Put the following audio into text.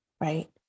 Right